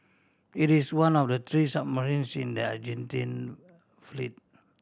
it is one of the three submarine in the Argentine fleet